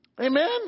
Amen